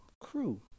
crew